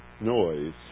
noise